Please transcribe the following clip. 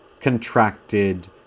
contracted